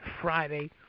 Friday